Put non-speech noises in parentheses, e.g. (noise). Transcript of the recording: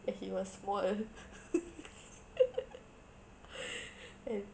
and he was small (laughs) and